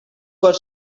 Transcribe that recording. were